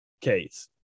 case